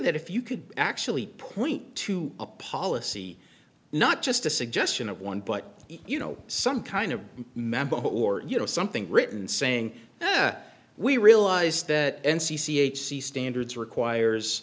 that if you could actually point to a policy not just a suggestion of one but you know some kind of member or you know something written saying that we realize that and c c h the standards requires